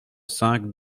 cinq